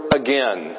again